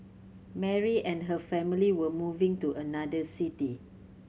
Mary and her family were moving to another city